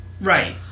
Right